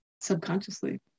subconsciously